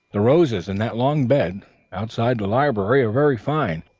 the roses in that long bed outside the library are very fine,